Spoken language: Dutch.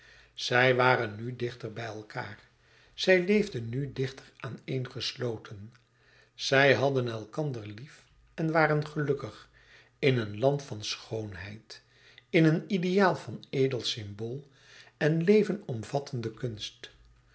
zij waren nu dichter bij elkaâr zij leefden nu dichter aaneen gesloten zij hadden elkander lief en waren gelukkig in een land van schoonheid in een ideaal van edel symbool en leven omvattende kunst